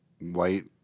White